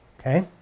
okay